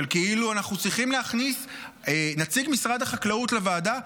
שכאילו אנחנו צריכים להכניס נציג משרד החקלאות לוועדה,